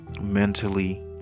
mentally